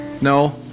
no